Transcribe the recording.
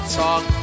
talk